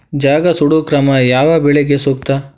ಜಗಾ ಸುಡು ಕ್ರಮ ಯಾವ ಬೆಳಿಗೆ ಸೂಕ್ತ?